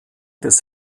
des